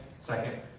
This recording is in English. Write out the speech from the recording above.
Second